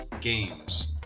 Games